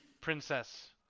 Princess